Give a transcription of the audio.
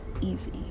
easy